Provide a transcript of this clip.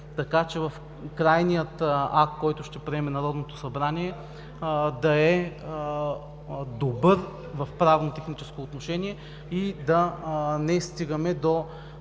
така че в крайния акт, който ще приеме Народното събрание, да е добър в правно техническо отношение и да не стигаме до